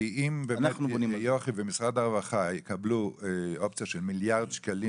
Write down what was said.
כי אם יוכי ומשרד הרווחה יקבלו אופציה של מיליארד שקלים